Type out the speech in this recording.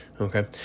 Okay